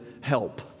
help